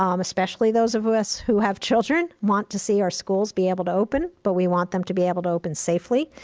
um especially those of us who have children, want to see our schools be able to open, but we want them to be able to open safely,